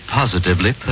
positively